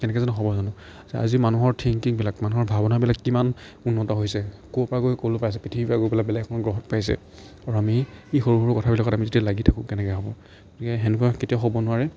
তেনেকৈ জানো হ'ব জানো আজি মানুহৰ থিংকিংবিলাক মানুহৰ ভাৱনাবিলাক কিমান উন্নত হৈছে ক'ৰপৰা গৈ ক'লৈ পাইছে পৃথিৱীৰপৰা গৈ পেলাই বেলেগ এখন গ্ৰহত পাইছে আৰু আমি সৰু সৰু কথাবিলাকত আমি যেতিয়া লাগি থাকোঁ কেনেকৈ হ'ব গতিক সেনেকুৱা কেতিয়াও হ'ব নোৱাৰে